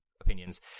opinions